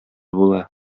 була